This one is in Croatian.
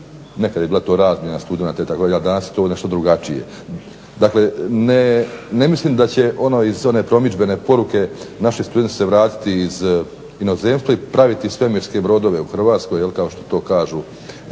nekada je to bila razmjena studenata itd. a danas je to nešto drugačije. Dakle, ne mislim da će iz one promidžbene poruke naši studenti će se vratiti iz inozemstva i praviti svemirske brodove u Hrvatskoj jel kao što to kažu